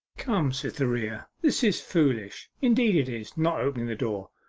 come, cytherea, this is foolish indeed it is not opening the door.